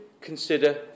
consider